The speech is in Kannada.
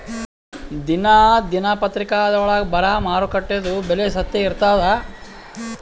ದಿನಾ ದಿನಪತ್ರಿಕಾದೊಳಾಗ ಬರಾ ಮಾರುಕಟ್ಟೆದು ಬೆಲೆ ಸತ್ಯ ಇರ್ತಾದಾ?